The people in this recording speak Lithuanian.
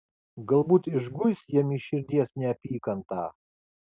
galbūt išguis jam iš širdies neapykantą